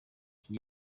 icyi